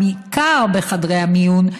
בעיקר בחדרי המיון,